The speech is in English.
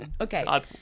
Okay